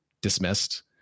dismissed